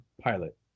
pilot